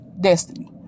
destiny